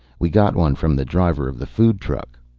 we got one from the driver of the food truck.